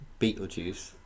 Beetlejuice